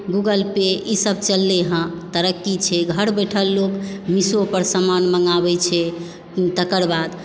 Google पे ई सब चललै हँ तरक्की छै घर बैठल लोक मिशोपर सामान मङ्गाबै छै तकर बाद